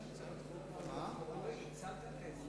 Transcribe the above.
סעיפים 1 2 נתקבלו.